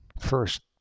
First